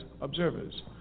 observers